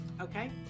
okay